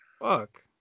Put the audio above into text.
fuck